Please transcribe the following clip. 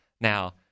Now